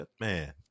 man